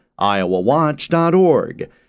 iowawatch.org